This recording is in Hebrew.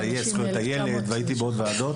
לזכויות הילד, והייתי בעוד ועדות.